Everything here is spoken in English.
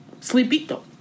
sleepito